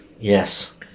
Yes